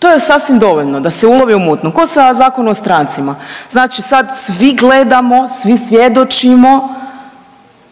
to je sasvim dovoljno da se ulovi u mutnom, ko sa Zakon o strancima. Znači sad svi gledamo, svi svjedočimo